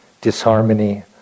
disharmony